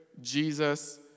Jesus